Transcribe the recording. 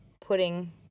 putting